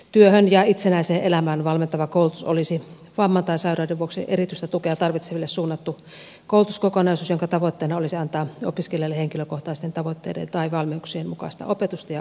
työhön ja itsenäiseen elämään valmentava koulutus olisi vamman tai sairauden vuoksi erityistä tukea tarvitseville suunnattu koulutuskokonaisuus jonka tavoitteena olisi antaa opiskelijalle henkilökohtaisten tavoitteiden tai valmiuksien mukaista opetusta ja ohjausta